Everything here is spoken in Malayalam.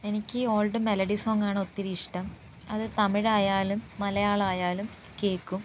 എനിക്ക് ഈ ഓൾഡ് മെലഡി സോങ്ങാണ് ഒത്തിരി ഇഷ്ടം അത് തമിഴായാലും മലയാളമായാലും കേൾക്കും